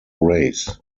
race